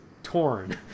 torn